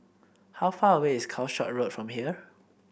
how far away is Calshot Road from here